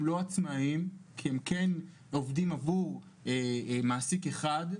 הם לא עצמאים כי הם עובדים עבור מעסיק אחד,